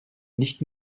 nicht